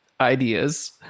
ideas